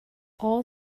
all